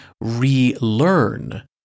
relearn